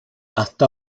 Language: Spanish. hasta